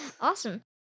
Awesome